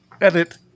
edit